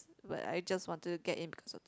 but I just wanted to get in because of the